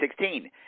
2016